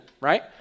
right